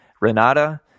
Renata